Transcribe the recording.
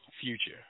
future